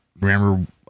remember